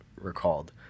recalled